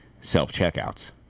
self-checkouts